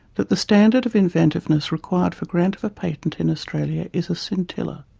that the standard of inventiveness required for grant of a patent in australia is a scintilla.